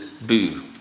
Boo